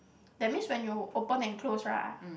that means when you open and close lah